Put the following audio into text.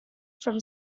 from